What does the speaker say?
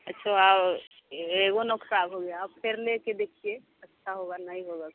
अच्छा वाओ एवनो खराब हो गया आप फ़िर लेकर देखिए अच्छा होगा नहीं होगा खराब